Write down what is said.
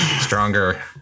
Stronger